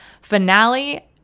finale